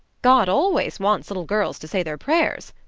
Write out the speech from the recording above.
god always wants little girls to say their prayers.